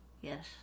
yes